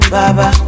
Baba